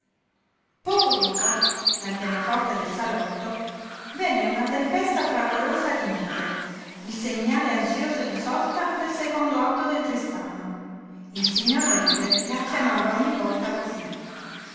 poco dopo dal pianoforte del salotto venne una tempesta fragorosa di note il segnale ansioso d'isotta nel secondo atto del tristano il signor begler la chiamava ogni volta cosí